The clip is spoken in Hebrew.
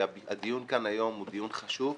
שהדיון כאן היום הוא דיון חשוב,